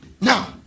Now